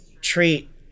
treat